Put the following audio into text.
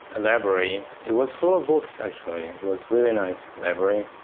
library. it was full of books actually, it was really nice library,